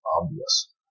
obvious